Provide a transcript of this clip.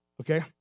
okay